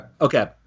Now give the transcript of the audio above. Okay